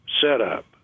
setup